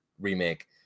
remake